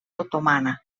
otomana